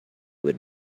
would